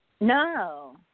No